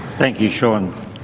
thank you sean.